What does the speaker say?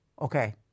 Okay